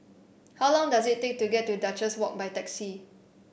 how long does it take to get to Duchess Walk by taxi